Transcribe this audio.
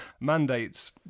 mandates